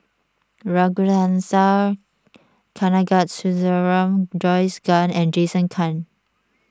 Ragunathar Kanagasuntheram Joyce Fan and Jason Chan